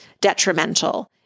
detrimental